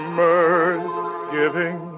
mirth-giving